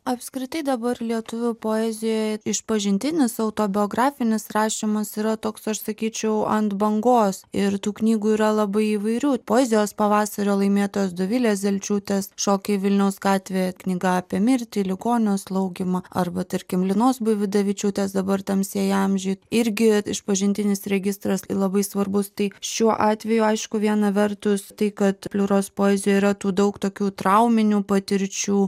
apskritai dabar lietuvių poezijoje išpažintinis autobiografinis rašymas yra toks aš sakyčiau ant bangos ir tų knygų yra labai įvairių poezijos pavasario laimėtojos dovilės zelčiūtės šokiai vilniaus gatvėje knyga apie mirtį ligonio slaugymą arba tarkim linos buividavičiūtės dabar tamsieji amžiai irgi išpažintinis registras labai svarbus tai šiuo atveju aišku viena vertus tai kad pliuros poezijoj yra tų daug tokių trauminių patirčių